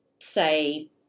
say